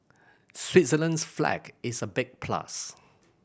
Switzerland's flag is a big plus